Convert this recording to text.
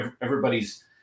everybody's